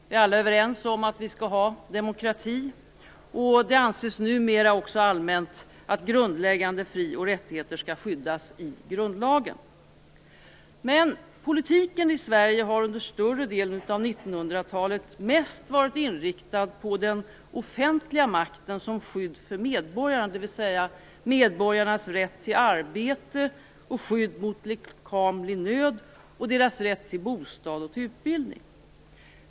Vi är alla överens om att vi skall ha demokrati, och det anses numera också allmänt att grundläggande fri och rättigheter skall skyddas i grundlagen. Men politiken i Sverige har under större delen av 1900-talet mest varit inriktad på den offentliga makten som skydd för medborgaren, dvs. medborgarnas rätt till arbete och till skydd mot lekamlig nöd, och deras rätt till bostad och till utbildning.